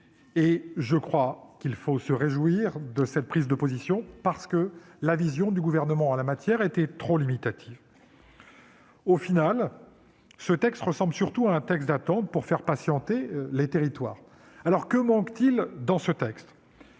Je crois qu'il faut se réjouir de cette prise de position, parce que la vision du Gouvernement en la matière était trop limitative. Au final, ce texte ressemble surtout à un texte d'attente pour faire patienter les territoires. Qu'y manque-t-il ? Ce n'est